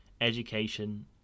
education